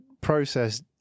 process